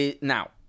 now